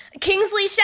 Kingsley